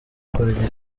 kurya